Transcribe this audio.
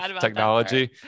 technology